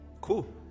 cool